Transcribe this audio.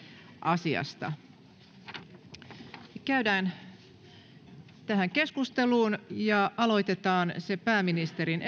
asiasta käydään tähän keskusteluun ja aloitetaan se pääministerin